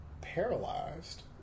paralyzed